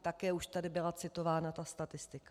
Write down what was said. Také již tady byla citována ta statistika.